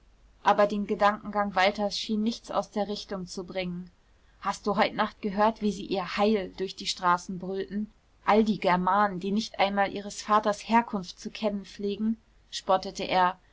aber den gedankengang walters schien nichts aus der richtung zu bringen hast du heut nacht gehört wie sie ihr heil durch die straßen brüllten all die germanen die nicht einmal ihres vaters herkunft zu kennen pflegen spottete er